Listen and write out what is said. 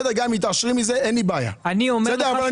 גם אם מתעשרים מזה אין לי בעיה.